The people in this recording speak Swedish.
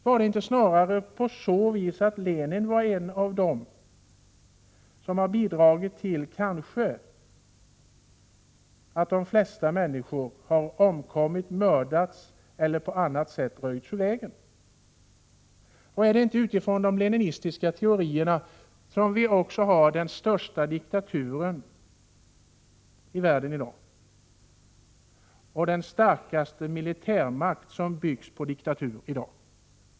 Var det inte snarare så att Lenin kanske var en av dem som bidrog till händelser där det största antalet människor omkommit, mördats eller på annat sätt röjts ur vägen? Är det inte utifrån de leninistiska teorierna som vi har den största diktaturen i världen i dag och den starkaste militärmakten, byggd på diktatur, i dag?